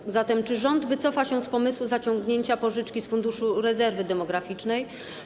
Czy zatem rząd wycofa się z pomysłu zaciągnięcia pożyczki z Funduszu Rezerwy Demograficznej?